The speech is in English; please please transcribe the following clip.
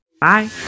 Bye